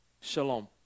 Shalom